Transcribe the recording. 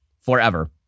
forever